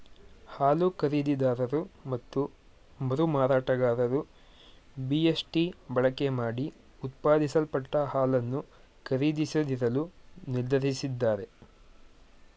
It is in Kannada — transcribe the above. ಹಾಲು ಖರೀದಿದಾರರು ಮತ್ತು ಮರುಮಾರಾಟಗಾರರು ಬಿ.ಎಸ್.ಟಿ ಬಳಕೆಮಾಡಿ ಉತ್ಪಾದಿಸಲ್ಪಟ್ಟ ಹಾಲನ್ನು ಖರೀದಿಸದಿರಲು ನಿರ್ಧರಿಸಿದ್ದಾರೆ